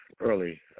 early